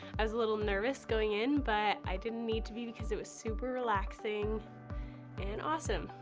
i was a little nervous going in, but i didn't need to be because it was super relaxing and awesome.